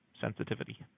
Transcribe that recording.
sensitivity